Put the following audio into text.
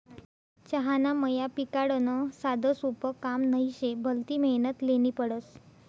चहाना मया पिकाडनं साधंसोपं काम नही शे, भलती मेहनत ल्हेनी पडस